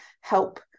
help